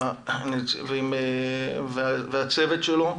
הצוות שלו,